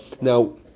Now